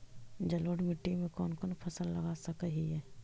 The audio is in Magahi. जलोढ़ मिट्टी में कौन कौन फसल लगा सक हिय?